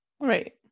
Right